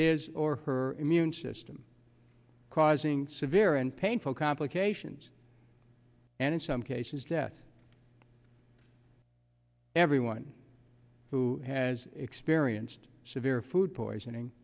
his or her immune system causing severe and painful complications and in some cases death everyone who has experienced severe food poisoning